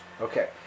Okay